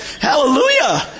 Hallelujah